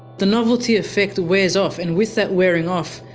the novelty effect wears off and with that wearing off,